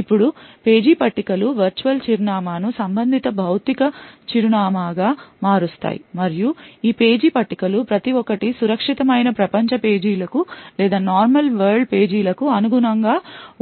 ఇప్పుడు పేజీ పట్టికలు వర్చువల్ చిరునామా ను సంబంధిత భౌతిక చిరునామా గా మారుస్తాయి మరియు ఈ పేజీ పట్టికలు ప్రతి ఒక్కటి సురక్షితమైన ప్రపంచ పేజీల కు లేదా నార్మల్ వరల్డ్ పేజీల కు అనుగుణంగా